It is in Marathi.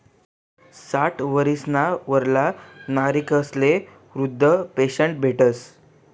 साठ वरीसना वरला नागरिकस्ले वृदधा पेन्शन भेटस